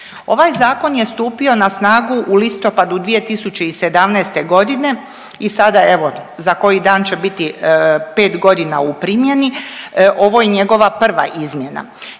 Ovaj zakon je stupio na snagu u listopadu 2017.g. i sada evo za koji dan će biti pet godina u primjeni, ovo je njegova prva izmjena.